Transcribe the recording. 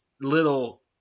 little